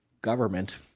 government